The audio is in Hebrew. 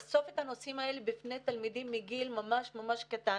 לחשוף את הנושאים האלה בפני תלמידים מגיל ממש ממש קטן.